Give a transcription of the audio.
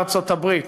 ארצות-הברית,